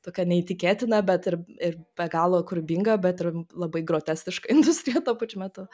tokią neįtikėtiną bet ir ir be galo kūrybingą bet ir labai groteskišką industriją tuo pačiu metu